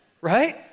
right